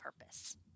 purpose